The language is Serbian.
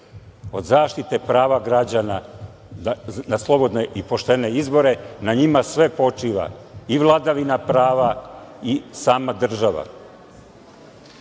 od zaštite prava građana na slobodne i poštene izbore. Na njima sve počiva. I vladavina prava i sama država. Na